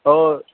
हो